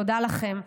תודה לכם,